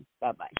Bye-bye